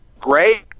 great